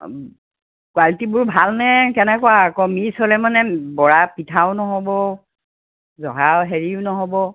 কুৱালিটিবোৰ ভালনে কেনেকুৱা আকৌ মিস্ক হ'লে মানে বৰা পিঠাও নহ'ব জহা হেৰিও নহ'ব